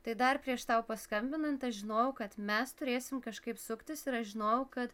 tai dar prieš tau paskambinant aš žinojau kad mes turėsim kažkaip suktis ir aš žinojau kad